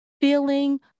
feeling